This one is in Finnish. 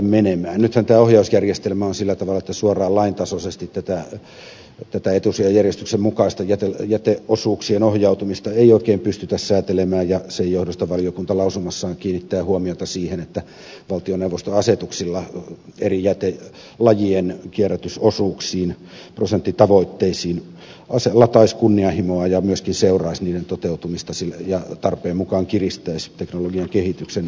nythän tämä ohjausjärjestelmä on sillä tavalla että suoraan lain tasoisesti tätä etusijajärjestyksen mukaista jäteosuuksien ohjautumista ei oikein pystytä säätelemään ja sen johdosta valiokunta lausumassaan kiinnittää huomiota siihen että valtioneuvosto asetuksilla eri jätelajien kierrätysosuuksiin prosenttitavoitteisiin lataisi kunnianhimoa ja myöskin seuraisi niiden toteutumista ja tarpeen mukaan kiristäisi teknologian kehityksen edistyessä